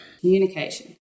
Communication